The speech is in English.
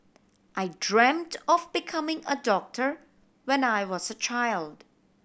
I dreamt of becoming a doctor when I was a child